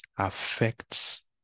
affects